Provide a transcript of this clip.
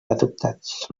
adoptats